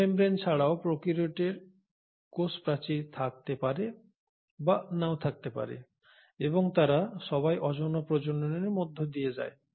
sell membrane ছাড়াও প্রোক্যারিওটের কোষ প্রাচীর থাকতে পারে বা নাও থাকতে পারে এবং তারা সবাই অযৌন প্রজননের মধ্য দিয়ে যায়